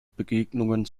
begegnungen